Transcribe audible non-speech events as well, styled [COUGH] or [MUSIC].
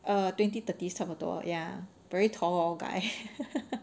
err twenty thirties 差不多 ya very tall guy [LAUGHS]